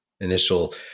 initial